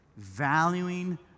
valuing